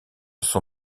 son